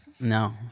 No